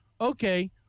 okay